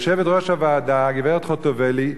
יושבת-ראש הוועדה, גברת חוטובלי,